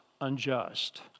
unjust